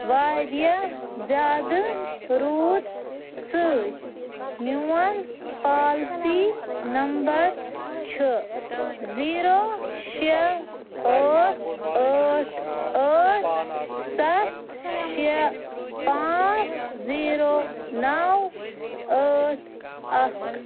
واریاہ زیادٕ روٗد و سۭتۍ میٛون پوٛالسی نمبر چھُ زیٖرو شےٚ ٲٹھ ٲٹھ ٲٹھ سَتھ شےٚ پانٛژھ زیٖرو نَو ٲٹھ اَکھ